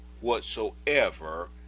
whatsoever